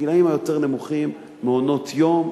הגילאים היותר נמוכים, מעונות יום,